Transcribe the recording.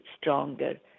stronger